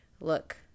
look